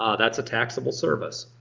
ah that's a taxable service.